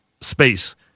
space